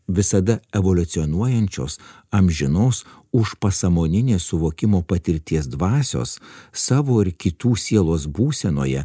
visada evoliucionuojančios amžinos užpasąmoninės suvokimo patirties dvasios savo ir kitų sielos būsenoje